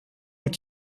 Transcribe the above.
nous